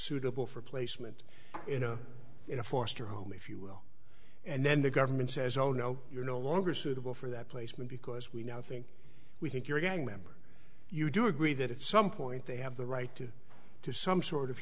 suitable for placement in a foster home if you will and then the government says oh no you're no longer suitable for that placement because we now think we think you're a gang member you do agree that it's some point they have the right to some sort of